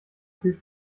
fühlt